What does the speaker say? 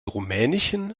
rumänischen